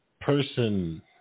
person